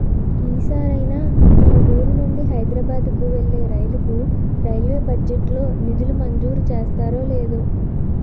ఈ సారైనా మా వూరు నుండి హైదరబాద్ కు వెళ్ళే రైలుకు రైల్వే బడ్జెట్ లో నిధులు మంజూరు చేస్తారో లేదో